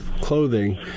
clothing